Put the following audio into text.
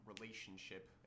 relationship